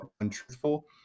untruthful